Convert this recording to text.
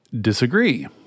disagree